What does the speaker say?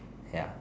ya